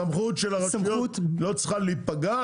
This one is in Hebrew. הסמכות של הרשויות לא צריכה להיפגע,